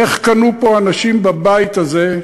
איך קנו פה אנשים בבית הזה,